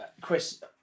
Chris